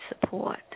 support